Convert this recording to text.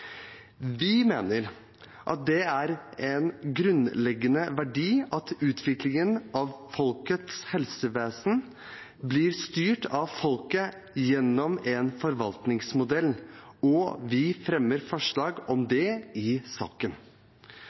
Vi mener at det er en grunnleggende verdi at utviklingen av folkets helsevesen blir styrt av folket gjennom en forvaltningsmodell, og vi fremmer forslag om det i saken.